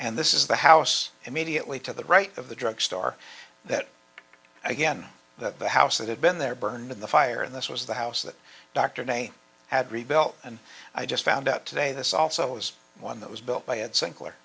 and this is the house immediately to the right of the drug store that again that the house that had been there burned in the fire and this was the house that dr nay had rebuilt and i just found out today this also is one that was built by ed sinclair